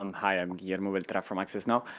um hi. i'm guiermo but but from access now.